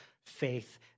Faith